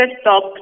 stop